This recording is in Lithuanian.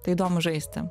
tai įdomu žaisti